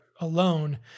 alone